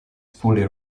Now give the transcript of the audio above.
fully